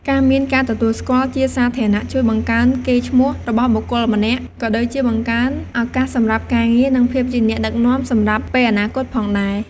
ការមានការទទួលស្គាល់់ជាសាធារណៈជួយបង្កើនកេរ្តិ៍ឈ្មោះរបស់បុគ្គលម្នាក់ ក៏ដូចជាបង្កើនឱកាសសម្រាប់ការងារ និងភាពជាអ្នកដឹកនាំសម្រាប់ពេលអនាគតផងដែរ។